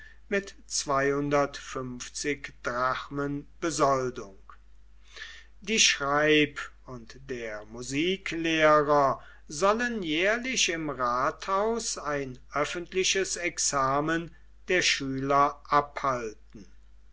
mit drachmen besoldung die schreib und der musiklehrer sollen jährlich im rathaus ein öffentliches examen der schüler abhalten